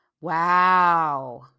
wow